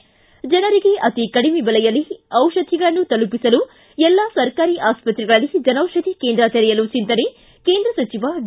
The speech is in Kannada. ಿ ಜನರಿಗೆ ಅತೀ ಕಡಿಮೆ ದೆಲೆಯಲ್ಲಿ ಔಷಧಿಗಳನ್ನು ತಲುಪಿಸಲು ಎಲ್ಲಾ ಸರಕಾರಿ ಆಸ್ಪತ್ರೆಗಳಲ್ಲಿ ಜನೌಷಧಿ ಕೇಂದ್ರ ತೆರೆಯಲು ಚಂತನೆ ಕೇಂದ್ರ ಸಚಿವ ಡಿ